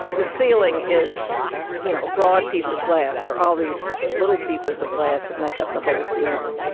the ceiling is you know a broad piece of glass. they're all these little pieces of glass that make up the whole ceiling.